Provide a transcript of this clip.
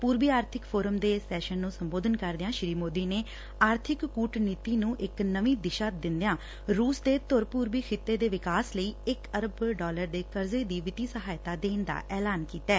ਪੂਰਬੀ ਆਰਥਿਤ ਫੋਰਮ ਦੇ ਸੈਸ਼ਨ ਨੂੰ ਸੰਬੋਧਨ ਕਰਦਿਆਂ ਸ੍ਰੀ ਮੋਦੀ ਨੇ ਆਰਥਿਕ ਕੁਟਨੀਤੀ ਨੂੰ ਇਕ ਨਵੀ ਦਿਸ਼ਾ ਦਿੰਦਿਆਂ ਰੂਸ ਦੇ ਧੁਰ ਪੁਰਬੀ ਖਿੱਤੇ ਦੇ ਵਿਕਾਸ ਲਈ ਇਕ ਅਰਬ ਡਾਲਰ ਦੀ ਵਿੱਤੀ ਸਹਾਇਤਾ ਦੇਣ ਦਾ ਐਲਾਨ ਕੀਤੈ